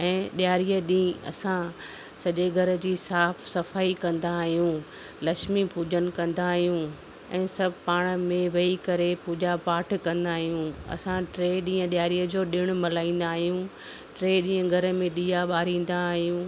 ऐं डि॒यारीअ ॾींहुं असां सॼे घर जी साफ़ सफ़ाइ कंदा आहियूं लक्षमी पूॼन कंदा आहियूं ऐं सभु पाण में वेही करे पूॼा पाठ कंदा आहियूं असां टे ॾींह डि॒यारीअ ॼो ॾिणु मल्हाईंदा आहियूं टे ॾींह घर में ॾीया ॿारींदा आहियूं